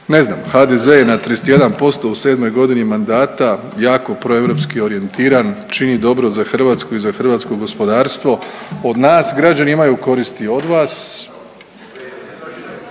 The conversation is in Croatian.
Ne znam HDZ je na 31% u sedmoj godini mandata jako proeuropski orijentiran, čini dobro za Hrvatsku i za hrvatsko gospodarstvo. Od nas građani imaju koristi, od vas